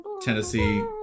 Tennessee